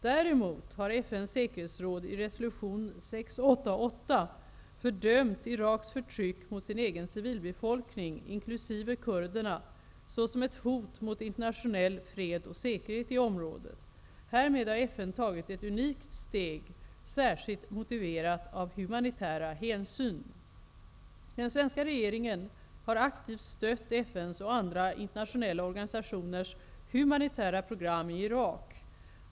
Däremot har FN:s säkerhetsråd i resolution 688 fördömt Iraks förtryck mot sin egen civilbefolkning, inkl. kurderna, såsom ett hot mot internationell fred och säkerhet i området. Härmed har FN tagit ett unikt steg, särskilt motiverat av humanitära hänsyn. Den svenska regeringen har aktivt stött FN:s och andra internationella organisationers humanitära program i Irak.